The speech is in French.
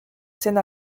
scène